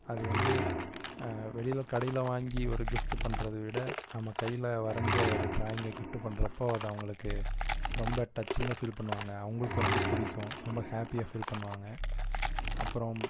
அது வந்து வெளியில் கடையில் வாங்கி ஒரு கிஃப்ட்டு பண்ணுறது விட நம்ம கையில் வரைஞ்ச ஒரு ட்ராயிங்கை கிஃப்ட்டு பண்றப்போது அது அவர்களுக்கு ரொம்ப டச்சிங்காக ஃபீல் பண்ணுவாங்க அவங்களுக்கும் ரொம்ப பிடிக்கும் ரொம்ப ஹேப்பியாக ஃபீல் பண்ணுவாங்க அப்புறம்